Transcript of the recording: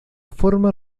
forma